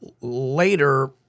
later